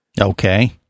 Okay